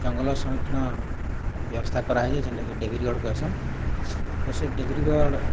ଜଙ୍ଗଲ ସଂରକ୍ଷଣ ବ୍ୟବସ୍ଥା କରାହେଇଛି ଜେଣ୍ଟାକି ଡ଼େଭୀର୍ ଗଡ଼୍ କହେସନ୍ ତ ସେ ଡ଼େଭୀର୍ ଗଡ଼୍